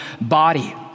body